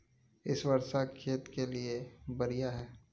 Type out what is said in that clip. इ वर्षा खेत के लिए बढ़िया है?